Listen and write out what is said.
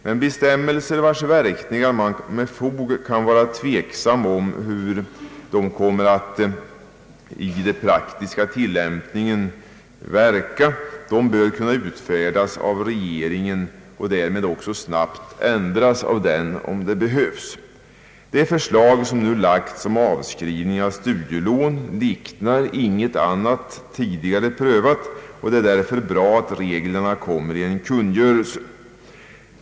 Men bestämmelser, vilkas verkningar i praktisk tilllämpning man med fog kan vara tveksam om, bör kunna utfärdas av regeringen och därmed också snabbt ändras av den om det behövs. Det förslag som nu framlagts om avskrivning av studielån liknar inget annat tidigare prövat, och det är därför bra att reglerna kommer i en kungörelse.